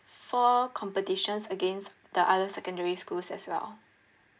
four competitions against the other secondary schools as well